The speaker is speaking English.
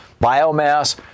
biomass